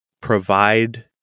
provide